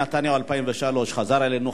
"נתניהו 2003" חזר אלינו,